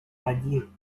один